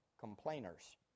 complainers